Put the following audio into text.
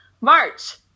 March